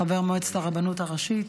חבר מועצת הרבנות הראשית.